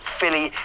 Philly